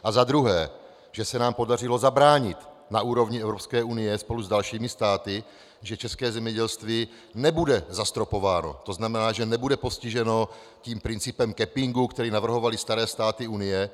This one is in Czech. A za druhé, že se nám podařilo zabránit na úrovni Evropské unie spolu s dalšími státy, že české zemědělství nebude zastropováno, to znamená, že nebude postiženo principem cappingu, který navrhovaly staré státy unie.